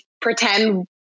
pretend